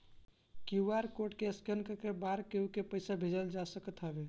QR code के scan करके बा केहू के पईसा भेजल जा सकत हवे